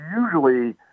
usually